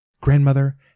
Grandmother